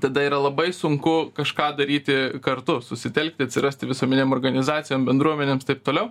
tada yra labai sunku kažką daryti kartu susitelkti atsirasti visuomenėm organizacijom bendruomenėms taip toliau